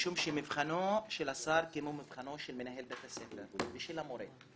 משום שמבחנו של השר כמו מבחנו של מנהל בית הספר ושל המורה,